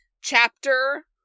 chapter